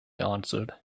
answered